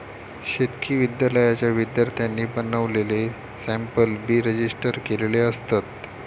शेतकी विद्यालयाच्या विद्यार्थ्यांनी बनवलेले सॅम्पल बी रजिस्टर केलेले असतत